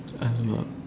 alamak